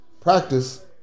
Practice